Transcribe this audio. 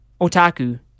Otaku